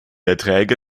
erträge